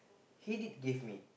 he did give me